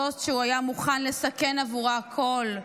זו שהוא היה מוכן לסכן עבורה הכול,